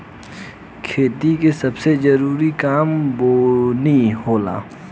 खेती के सबसे जरूरी काम बोअनी होला